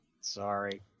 Sorry